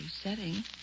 setting